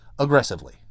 aggressively